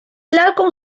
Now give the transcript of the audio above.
lalką